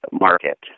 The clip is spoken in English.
market